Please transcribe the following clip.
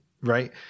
right